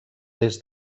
des